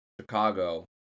Chicago